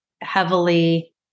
heavily